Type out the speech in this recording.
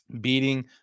beating